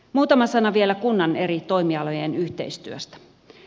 muutama sana vielä kunnan eri toimialojen yhteistyöstä